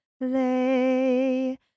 lay